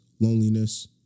Loneliness